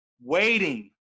Waiting